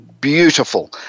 beautiful